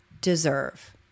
deserve